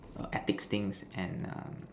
err ethics things and um